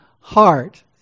heart